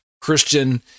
Christian